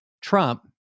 Trump